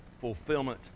fulfillment